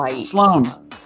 Sloan